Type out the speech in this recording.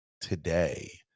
today